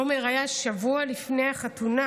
עומר היה שבוע לפני החתונה.